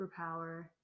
superpower